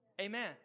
Amen